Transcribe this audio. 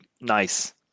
Nice